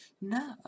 No